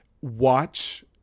watch